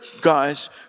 guys